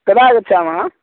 कदा आगच्छामः